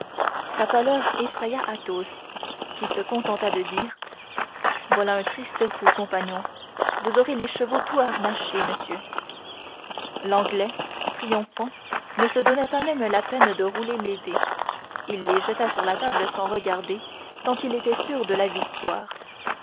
sa pâleur effraya athos qui se contenta de dire voilà un triste coup compagnon vous aurez les chevaux tout harnachés monsieur l'anglais triomphant ne se donna même la peine de rouler les dés il les jeta sur la table sans regarder tant il était sûr de la victoire